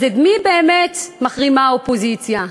אז את מי באמת מחרימה האופוזיציה?